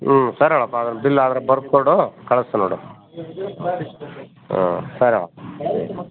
ಹ್ಞೂ ಸರಿ ಹೇಳಪ್ಪ ಅದನ್ನ ಬಿಲ್ ಆದ್ರೆ ಬರ್ದುಕೊಡು ಕಳ್ಸ್ತೇನೆ ನೋಡು ಹ್ಞೂ ಸರಿ ಹೇಳಪ್ಪ